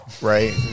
Right